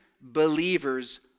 believers